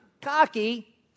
cocky